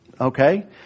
okay